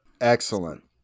excellent